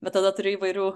bet tada turi įvairių